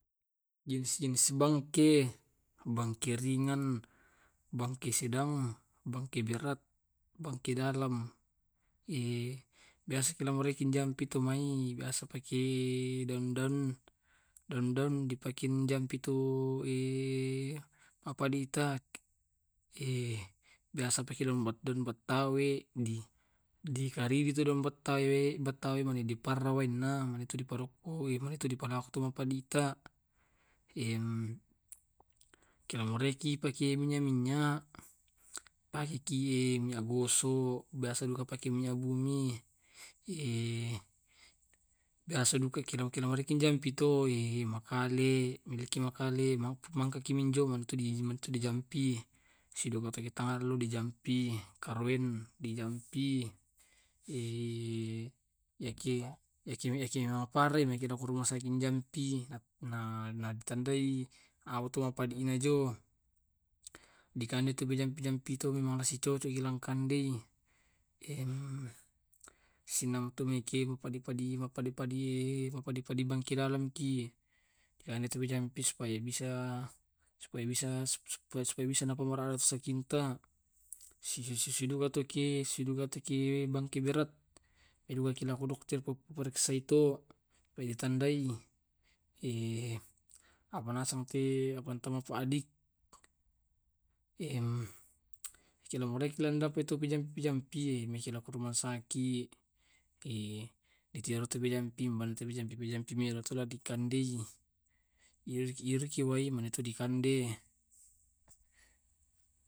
Jenis-jenis bangke. Bangke ringan, bangke sedang, bangke berat, bangke dalam. Biasaki laoromaingki jampitomai, biasa pakei daun-daun, daun daun dipakinjampito apaditak. biasa pake daun daun pattawe. di dikari di tu daun pattawe pattawe mane diparawaena, mane tu diparokkoi mane tu dipalak tu mane apaditak ke mareki pakei minyak minyak pake kie minyak gosok, biasa duka pake minyak bumi. biasa duka ki lam lampareki jampito makale, miliki makale mangkaki minjo mane tu di mane tu dijampi. Siduka te talo dijampi, karoen dijampi yaki yaki maparai mai ki rumah sakit dijampi na na ditandai apa to mapedina jo. Dikanai to majampi-jampi to memang nasi cocok kilang kandei sinamitu maiki mapadi padi mapadi padi mapadi padi bangke dalam ki, iyanatu dijampi supaya bisa, supaya bisa, supaya bisa dapat paramai sakinta. Si si si duka to ki sisidukatoki bangke berat, sidukaki la kodok la periksai to. apa ya ditandae. apana sampe apanta mane tu adik kila mane tu ki landa pe jampi-jampi mekila ke rumah sakit tu jampi mane tu pe jampi pe jampi melotoi la dikande. Irik iriku wai mane tu dikandei.